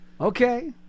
Okay